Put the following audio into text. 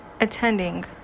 attending